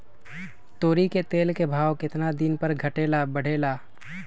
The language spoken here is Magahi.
तोरी के तेल के भाव केतना दिन पर घटे ला बढ़े ला?